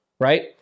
right